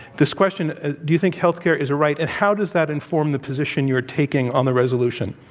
this question do you think healthcare is a right, and how does that inform the position you're taking on the resolution?